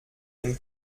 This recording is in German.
dem